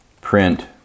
print